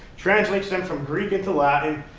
translates them from greek into latin.